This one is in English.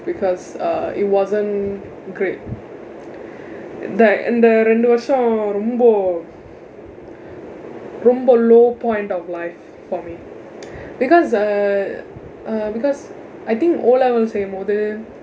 because uh it wasn't great like அந்த இரண்டு வர்ஷம் ரொம்ப ரொம்ப:andtha irandu varsham rompa rompa low point of life for me because uh uh because I think O level செய்யும் போது:seyyum poothu